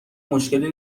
مشکلی